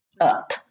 up